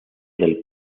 del